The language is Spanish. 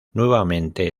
nuevamente